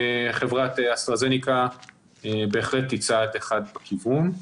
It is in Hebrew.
חברת אסטרהזניקה בהחלט היא צעד אחד בכיוון הזה.